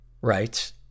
writes